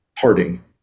parting